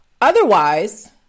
Otherwise